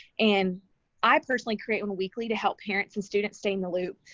and i personally create one weekly to help parents and students stay in the loop.